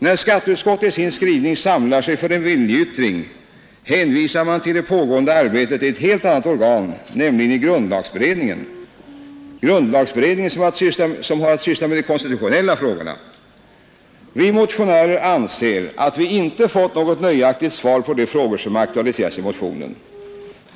När skatteutskottet i sin skrivning samlar sig för en viljeyttring hänvisar man till det pågående arbetet i ett helt annat organ, nämligen grundlagberedningen — grundlagberedningen som har att syssla med de konstitutionella frågorna. Vi motionärer anser därför att vi inte fått något nöjaktigt svar på de frågor som aktualiserats i motionen.